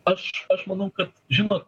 aš aš manau kad žinot